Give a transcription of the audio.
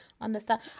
understand